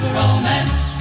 romance